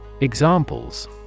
Examples